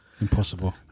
Impossible